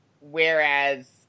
whereas